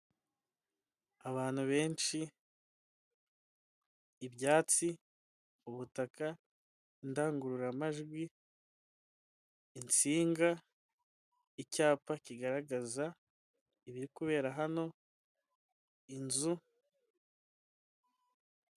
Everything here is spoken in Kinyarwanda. Abantu benshi, ibyatsi, ubutaka, indangururamajwi, insinga, icyapa kigaragaza ibiri kubera hano, inzu.